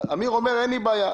אז אמיר אומר, אין לי בעיה.